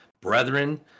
brethren